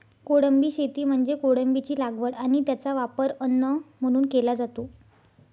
कोळंबी शेती म्हणजे कोळंबीची लागवड आणि त्याचा वापर अन्न म्हणून केला जातो